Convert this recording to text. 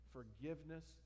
Forgiveness